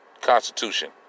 Constitution